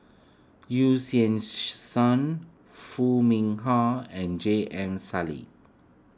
Yu Xieng Song Foo Mee Har and J M Sali